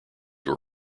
were